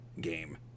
game